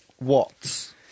Watts